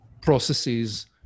processes